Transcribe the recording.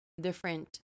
different